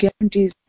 guarantees